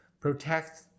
protect